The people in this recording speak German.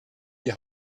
die